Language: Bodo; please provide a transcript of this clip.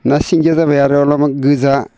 नासिंगिया जाबाय आरो अलपमान गोजा